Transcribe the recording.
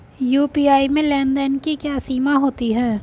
UPI में लेन देन की क्या सीमा होती है?